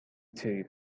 two